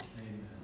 Amen